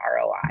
ROI